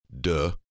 duh